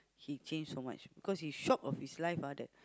he change so much because he shock of his life ah that